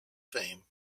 fame